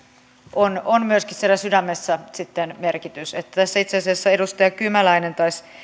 on on myöskin siellä sydämessä merkitys itse asiassa kun edustaja kymäläinen taisi